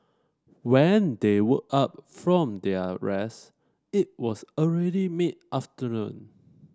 when they woke up from their rest it was already mid afternoon